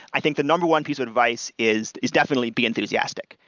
i think the number one piece of advice is is definitely be enthusiastic.